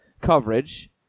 coverage